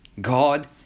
God